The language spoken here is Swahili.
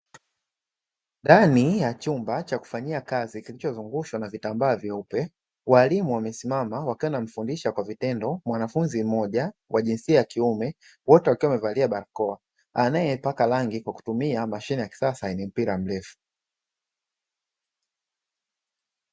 Ndani ya chumba cha kufanyia kazi kilichozungukwa na vitambaa vyeupe, walimu wamesimama wakiwa wanamfundisha kwa vitendo mwanafunzi mmoja wa jinsia ya kiume. Wote wakiwa wamevalia barakoa, anayepaka rangi kwa kutumia mashine ya kisasa yenye mpira mrefu.